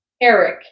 Eric